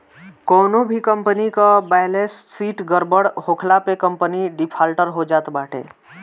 कवनो भी कंपनी कअ बैलेस शीट गड़बड़ होखला पे कंपनी डिफाल्टर हो जात बाटे